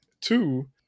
Two